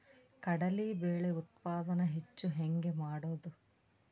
ಕಡಲಿ ಬೇಳೆ ಉತ್ಪಾದನ ಹೆಚ್ಚು ಹೆಂಗ ಮಾಡೊದು?